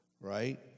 right